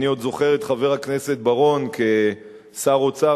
אני עוד זוכר את חבר הכנסת בר-און כשר האוצר